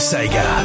Sega